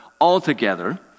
altogether